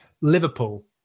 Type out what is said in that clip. Liverpool